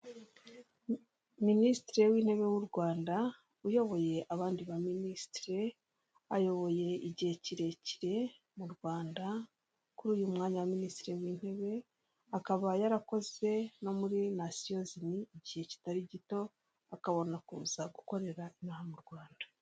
Minisitiri w'intebe w'urwanda uyoboye abandi ba minisitiri ayoboye igihe kirekire mu rwanda kuri uyu mwanya wa minisitiri w'intebe, akaba yarakoze no muri nasiyozime igihe kitari gito akabona kuza gukorera inaha mu rwanda.